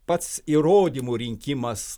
pats įrodymų rinkimas